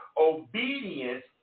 Obedience